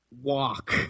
walk